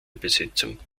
besetzung